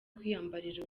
kwiyambarira